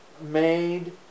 made